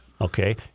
Okay